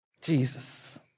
Jesus